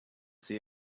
see